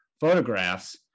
photographs